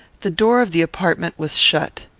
the door of the apartment was shut.